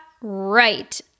right